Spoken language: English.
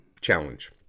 challenge